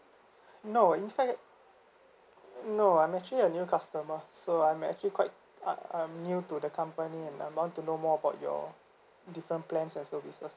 no in fact no I'm actually a new customer so I'm actually quite I I am new to the company and I want to know more about your different plans and services